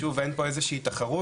שוב אין פה איזה שהיא תחרות,